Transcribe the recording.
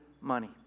money